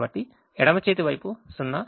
కాబట్టి ఎడమ చేతి వైపు 0